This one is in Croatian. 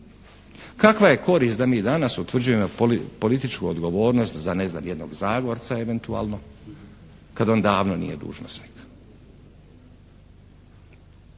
Kakva je korist da mi danas utvrđujemo političku odgovornost za, ne znam, jednog Zagorca, eventualno, kad on davno nije dužnosnik?